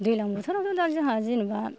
दैज्लां बोथोरावथ' दा जोंहा जेनेबा